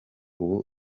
ubu